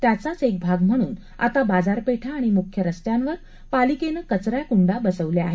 त्याचाच एक भाग म्हणून आता बाजारपेठा आणि मुख्य रस्त्यांवर पालिकेनं कचराकुंडया बसवल्या आहेत